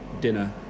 dinner